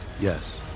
Yes